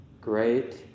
great